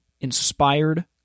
inspired